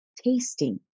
tasting